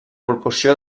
proporció